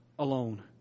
Alone